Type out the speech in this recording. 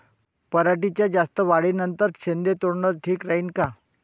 पराटीच्या जास्त वाढी नंतर शेंडे तोडनं ठीक राहीन का?